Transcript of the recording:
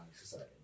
society